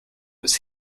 its